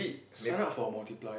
sign up for a multiplier